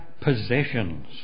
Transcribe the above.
possessions